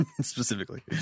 specifically